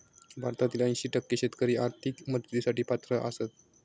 भारतातील ऐंशी टक्के शेतकरी आर्थिक मदतीसाठी पात्र आसत